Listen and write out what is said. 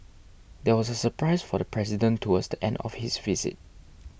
there was a surprise for the president towards the end of his visit